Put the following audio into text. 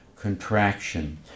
Contraction